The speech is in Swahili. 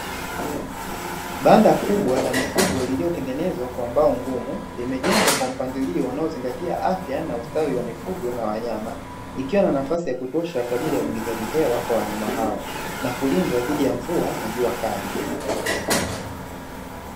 Banda kubwa la mifugo, lililotengenezwa kwa mbao ngumu, limejengwa kwa mfumo unaozingatia afya na ustawi wa mifugo na wanyama, ikiwa na nafasi ya kutosha kwa ajili ya uingizaji hewa kwa wanyama hawa na kulindwa dhidi ya mvua na juakali.